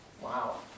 Wow